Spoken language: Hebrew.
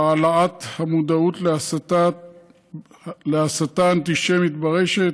העלאת המודעות להסתה אנטישמית ברשת,